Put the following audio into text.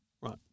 Right